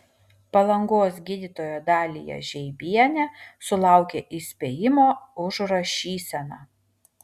palangos gydytoja dalija žeibienė sulaukė įspėjimo už rašyseną